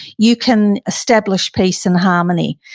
you can establish peace and harmony.